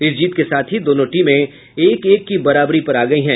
इस जीत के साथ ही दोनों टीमें एक एक की बराबरी पर आ गयी है